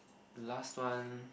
last one